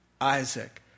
Isaac